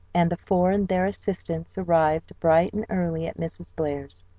and the four and their assistants arrived bright and early at mrs. blair's.